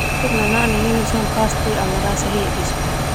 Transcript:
Nanaa nininuk sona pasti ala rasa hedis boe.